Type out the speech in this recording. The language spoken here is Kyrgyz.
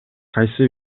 кайсы